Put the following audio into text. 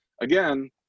again